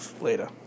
Later